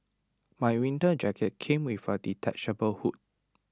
my winter jacket came with A detachable hood